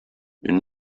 une